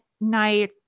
night